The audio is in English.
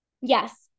yes